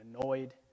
annoyed